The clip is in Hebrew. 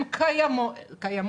הם קיימים.